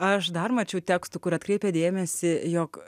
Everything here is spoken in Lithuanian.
aš dar mačiau tekstų kur atkreipia dėmesį jog